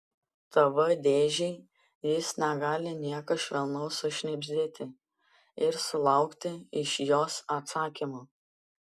tv dėžei jis negali nieko švelnaus sušnibždėti ir sulaukti iš jos atsakymo